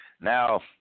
Now